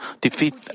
defeat